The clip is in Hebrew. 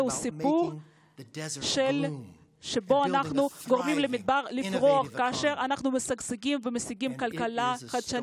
הוא סיפור על הפרחת השממה ובניית כלכלה משגשגת וחדשנית,